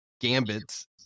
gambits